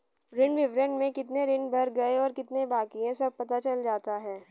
ऋण विवरण में कितने ऋण भर गए और कितने बाकि है सब पता चल जाता है